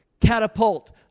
Catapult